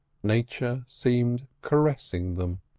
nature seemed caressing them.